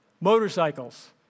Motorcycles